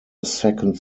second